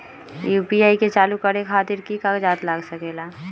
UPI के चालु करे खातीर कि की कागज़ात लग सकेला?